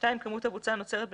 בצע ייצוב של